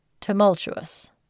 tumultuous